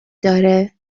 داره